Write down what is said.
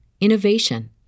innovation